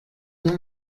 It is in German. der